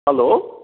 hello